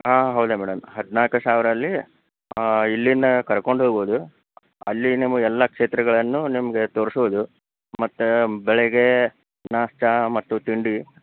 ಹಾಂ ಹೌದಾ ಮೇಡಮ್ ಹದಿನಾಲ್ಕು ಸಾವಿರದಲ್ಲಿ ಇಲ್ಲಿಂದ ಕರ್ಕೊಂಡು ಹೋಗೋದು ಅಲ್ಲಿ ನಿಮಗೆಲ್ಲ ಕ್ಷೇತ್ರಗಳನ್ನು ನಿಮಗೆ ತೋರಿಸೋದು ಮತ್ತು ಬೆಳಿಗ್ಗೆ ನಾಷ್ಟಾ ಮತ್ತು ತಿಂಡಿ